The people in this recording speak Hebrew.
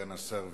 סגן השר וילנאי,